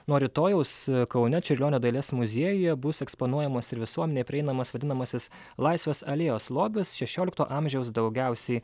nuo rytojaus kaune čiurlionio dailės muziejuje bus eksponuojamas ir visuomenei prieinamas vadinamasis laisvės alėjos lobis šešiolikto amžiaus daugiausiai